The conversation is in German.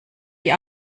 die